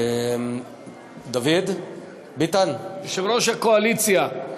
דוד ביטן, יושב-ראש הקואליציה,